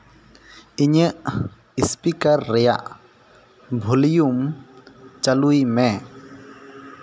ᱤᱧᱟᱹᱜ ᱤᱥᱯᱤᱠᱟᱨ ᱨᱮᱭᱟᱜ ᱵᱷᱚᱞᱤᱭᱩᱢ ᱪᱟᱹᱞᱩᱭ ᱢᱮ